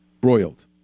broiled